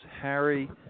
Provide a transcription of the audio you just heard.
Harry